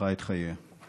(מתן שירותי כוח אדם של עגורנאים),